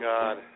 God